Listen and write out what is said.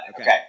Okay